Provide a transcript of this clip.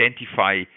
identify